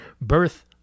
Birth